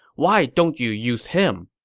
why don't you use him?